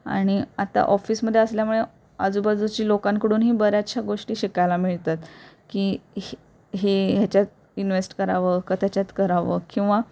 आणि आता ऑफिसमध्ये असल्यामुळे आजूबाजूची लोकांकडूनही बऱ्याचशा गोष्टी शिकायला मिळतात की हे हेच्यात इन्वेस्ट करावं का त्याच्यात करावं किंवा